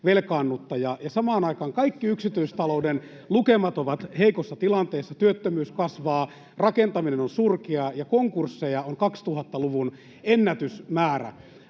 ennätysvelkaannuttaja, ja samaan aikaan kaikki yksityistalouden lukemat ovat heikossa tilanteessa. Työttömyys kasvaa, rakentaminen on surkeaa, ja konkursseja on 2000-luvun ennätysmäärä.